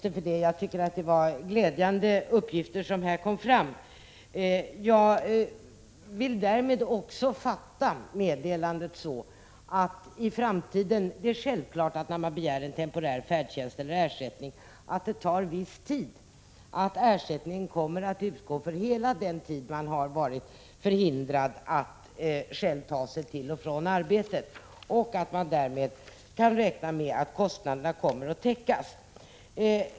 Omvissplentrag för ER Ar söksverksamhet med Herr talman! Jag tackar socialministern, eftersom det här var glädjande AS SS uppgifter. Det är självklart att behandlingen tar en viss tid när man begär Orsa bilen OR Re J 8 8 sjukvården temporär färdtjänst eller ersättning, men får jag fatta statsrådet så, att ersättningen kommer att utgå för hela den tid som vederbörande har varit förhindrad att själv ta sig till och från arbetet? Kan man räkna med att kostnaderna kommer att täckas?